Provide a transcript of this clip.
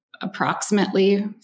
approximately